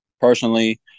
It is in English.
personally